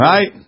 Right